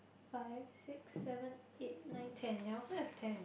fix six seven eight nine ten ya I also have ten